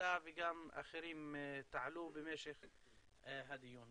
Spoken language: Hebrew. שאתה וגם אחרים תעלו במשך הדיון.